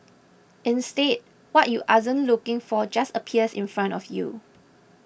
instead what you looking for just appears in front of you